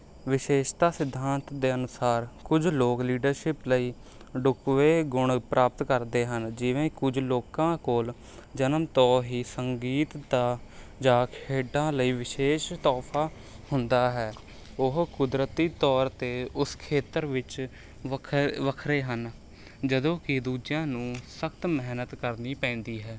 ਵਿਸ਼ੇਸ਼ਤਾ ਸਿਧਾਂਤ ਦੇ ਅਨੁਸਾਰ ਕੁਝ ਲੋਕ ਲੀਡਰਸ਼ਿਪ ਲਈ ਢੁੱਕਵੇਂ ਗੁਣ ਪ੍ਰਾਪਤ ਕਰਦੇ ਹਨ ਜਿਵੇਂ ਕੁਝ ਲੋਕਾਂ ਕੋਲ ਜਨਮ ਤੋਂ ਹੀ ਸੰਗੀਤ ਦਾ ਜਾਂ ਖੇਡਾਂ ਲਈ ਵਿਸ਼ੇਸ਼ ਤੋਹਫ਼ਾ ਹੁੰਦਾ ਹੈ ਉਹ ਕੁਦਰਤੀ ਤੌਰ 'ਤੇ ਉਸ ਖੇਤਰ ਵਿੱਚ ਵੱਖਰੇ ਵੱਖਰੇ ਹਨ ਜਦੋਂ ਕਿ ਦੂਜਿਆਂ ਨੂੰ ਸਖ਼ਤ ਮਿਹਨਤ ਕਰਨੀ ਪੈਂਦੀ ਹੈ